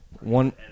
One